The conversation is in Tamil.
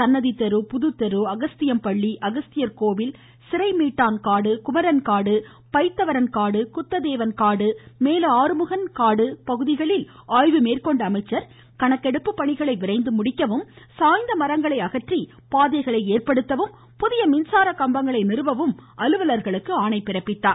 சன்னதி தெரு புதுத்தெரு அகஸ்தியம்பள்ளி அகஸ்தியர் கோவில் சிறைமீட்டான்காடு குமரன்காடு பயித்தவரன்காடு குத்ததேவன் காடு மேல ஆறுமுகன்காடு பகுதிகளில் ஆய்வு மேற்கொண்ட அவர் கணக்கெடுப்பு பணிகளை விரைந்து முடிக்கவும் சாய்ந்த மரங்களை அகற்றி பாதை ஏற்படுத்தவும் புதிய மின்சார கம்பங்களை நிறுவவும் அலுவலர்களுக்கு ஆணை பிறப்பித்தார்